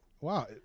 Wow